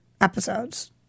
episodes